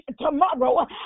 tomorrow